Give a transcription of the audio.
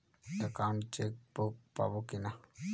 Account chequebook পাবো কি না?